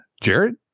Jared